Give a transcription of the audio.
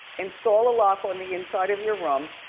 install a lock on the inside of your room.